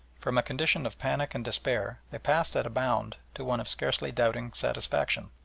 from a condition of panic and despair they passed at a bound to one of scarcely doubting satisfaction.